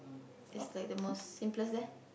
it's like the most simplest there